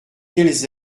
qu’elles